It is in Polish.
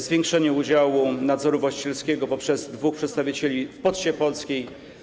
Zwiększenie udziału nadzoru właścicielskiego poprzez dwóch przedstawicieli w Poczcie Polskiej.